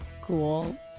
cool